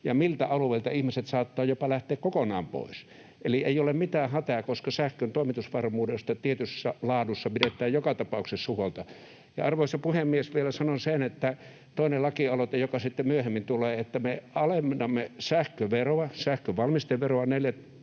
ja miltä alueelta ihmiset saattavat jopa lähteä kokonaan pois. Eli ei ole mitään hätää, koska sähkön toimitusvarmuudesta tietyssä laadussa pidetään joka tapauksessa huolta. Arvoisa puhemies! Vielä sanon sen, että toinen lakialoite, joka sitten myöhemmin tulee, on, että me alennamme sähköveroa,